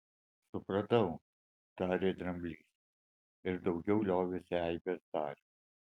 supratau tarė dramblys ir daugiau liovėsi eibes daręs